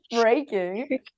breaking